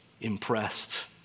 impressed